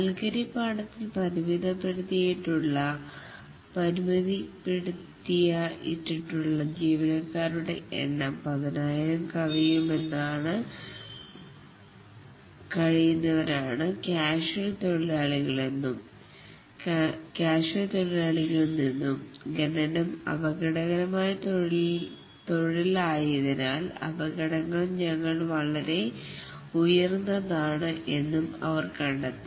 കൽക്കരിപ്പാടത്തിൽ പരിമിതപ്പെടുത്തിയ ഇട്ടുള്ള ജീവനക്കാരുടെ എണ്ണം പതിനായിരം കവിയുമെന്ന് വരാണ് ക്യാഷുൽ തൊഴിലാളികളിൽ നിന്നും ഖനനം അപകടകരമായ തൊഴിൽ ആയതിനാൽ അപകടങ്ങൾ വളരെ ഉയർന്നതാണ് എന്നും അവർ കണ്ടെത്തി